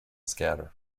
scatter